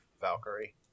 Valkyrie